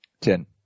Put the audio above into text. Ten